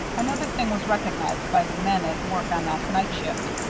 another thing was recognized by the men at work on that night shift,